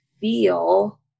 feel